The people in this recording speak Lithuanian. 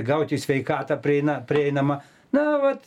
gauti sveikatą prieina prieinamą na vat